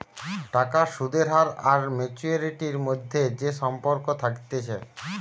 টাকার সুদের হার আর ম্যাচুয়ারিটির মধ্যে যে সম্পর্ক থাকতিছে